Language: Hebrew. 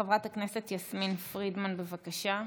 חברת הכנסת יסמין פרידמן, בבקשה.